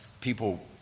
People